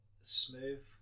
smooth